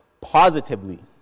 positively